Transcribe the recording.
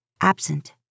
absent